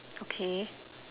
okay